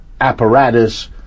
apparatus